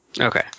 Okay